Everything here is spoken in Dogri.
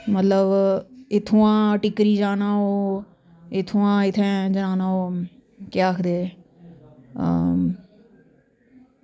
मतलब इत्थुआं टिकरी जाना हो इत्थुआं इत्थैं जाना हो केह् आक्खदे